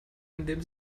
indem